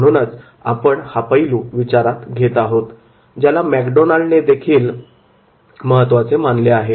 म्हणूनच आपण हा पैलू विचारात घेत आहोत ज्याला मॅकडोनाल्ड ने देखील महत्त्वाचे मानले आहे